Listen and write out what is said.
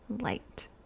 light